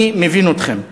אני מבין אתכם.